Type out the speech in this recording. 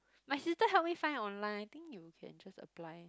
my sister help me find online I think you can just apply